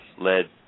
Led